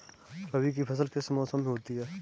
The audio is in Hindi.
रबी की फसल किस मौसम में होती है?